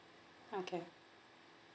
okay